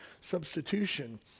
substitution